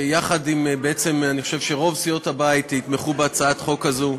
אני חושב שרוב סיעות הבית יתמכו בהצעת החוק הזאת,